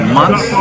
months